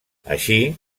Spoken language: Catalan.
així